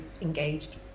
engaged